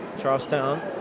Charlestown